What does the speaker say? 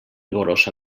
rigorós